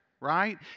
right